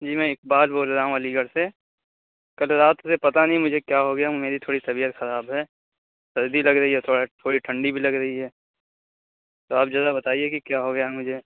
جی میں اقبال بول رہا ہوں علی گڑھ سے کل رات سے پتہ نہیں مجھے کیا ہوگیا ہے میری تھوڑی طبیعت خراب ہے سردی لگ رہی ہے تھوڑا تھوڑی ٹھنڈی بھی لگ رہی ہے تو آپ ذرا بتائیے کہ کیا ہوگیا ہے مجھے